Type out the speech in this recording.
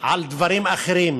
על דברים אחרים